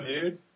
dude